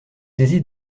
saisi